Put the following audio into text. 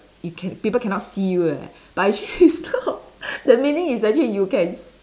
you can people cannot see you eh but actually it's not the meaning is actually you can s~